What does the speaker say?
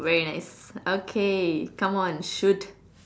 very nice okay come on shoot